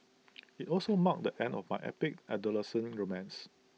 IT also marked the end of my epic adolescent romance